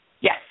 Yes